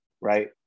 right